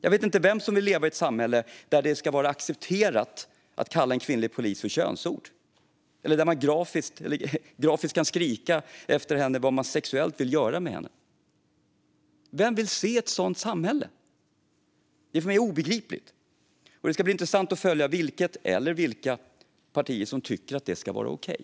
Jag vet inte vem som vill leva i ett samhälle där det är acceptabelt att kalla en kvinnlig polis för könsord, eller där man grafiskt kan skrika efter henne vad man sexuellt vill göra med henne. Vem vill se ett sådant samhälle? Det är för mig obegripligt. Det ska bli intressant att följa vilket parti, eller vilka partier, som tycker att det ska vara okej.